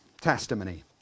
testimony